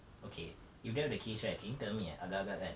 okay if that was the case right can you tell me ah agak-agak kan